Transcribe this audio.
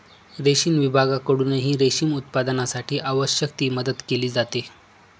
रेशीम विभागाकडूनही रेशीम उत्पादनासाठी आवश्यक ती मदत केली जाते